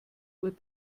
uhr